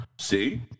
See